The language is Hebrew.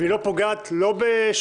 והכתמה של מועמדים,